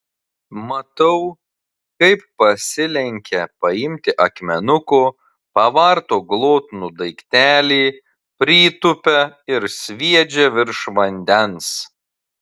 matau kaip pasilenkia paimti akmenuko pavarto glotnų daiktelį pritūpia ir sviedžia virš vandens